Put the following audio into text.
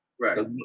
Right